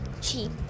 cheap